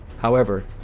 however,